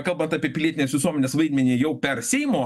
kalbant apie pilietinės visuomenės vaidmenį jau per seimo